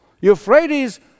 Euphrates